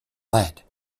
lead